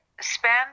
spend